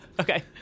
Okay